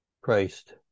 Christ